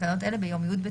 בתקנת משנה (ג1),